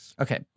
Okay